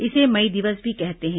इसे मई दिवस भी कहते हैं